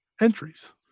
entries